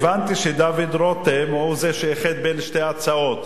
הבנתי שדוד רותם הוא זה שאיחד את שתי ההצעות,